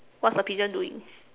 what's the pigeon doing